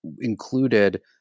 included